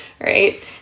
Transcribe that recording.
right